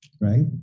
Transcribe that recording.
Right